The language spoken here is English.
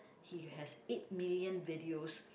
he has eight million videos